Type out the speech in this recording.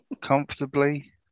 comfortably